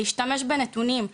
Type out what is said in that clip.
להשתמש בנתונים.